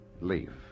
leave